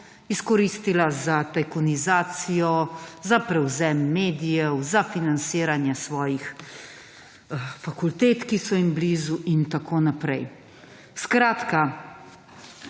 izkoristila za tajkunizacijo, za prevzem medijev, za financiranje svojih fakultet, ki so jim blizu in tako naprej. Skratka,